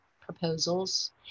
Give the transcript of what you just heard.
proposals